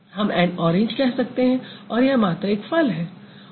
हम an orange कह सकते हैं और यह मात्र एक फल है